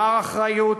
מר אחריות,